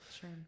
Sure